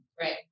right